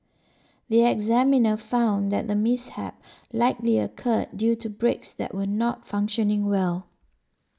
the examiner found that the mishap likely occurred due to brakes that were not functioning well